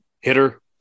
hitter